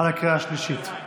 קריאה השלישית.